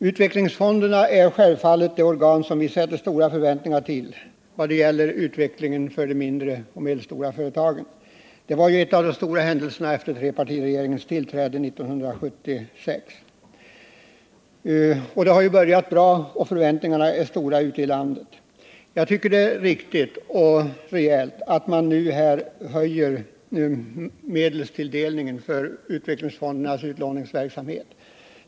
Utvecklingsfonderna är självfallet de organ som vi har stora förväntningar på när det gäller utvecklingen för de mindre och medelstora företagen. Tillkomsten av dessa fonder var en av de stora händelserna efter trepartiregeringens tillträde 1976. Det har börjat bra, och förväntningarna är stora ute i landet. Det är riktigt och rejält att man nu ökar medelstilldelningen till utvecklingsfondernas utlåningsverksamhet.